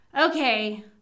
okay